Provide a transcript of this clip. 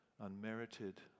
Unmerited